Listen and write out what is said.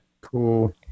cool